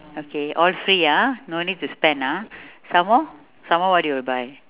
okay all free ah no need to spend ah some more some more what you will buy